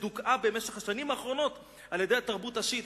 שדוכאה במשך השנים האחרונות על-ידי התרבות השיעית.